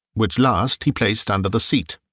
which last he placed under the seat.